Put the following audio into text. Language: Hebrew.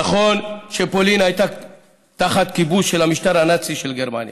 נכון שפולין הייתה תחת כיבוש של המשטר הנאצי של גרמניה,